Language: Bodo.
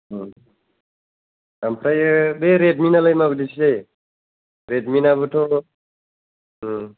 अ ओमफ्रायो बे रेडमि नालाय माबायदि थो जायो रेडमिनाबोथ' ओम